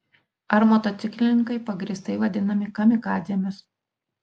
ar motociklininkai pagrįstai vadinami kamikadzėmis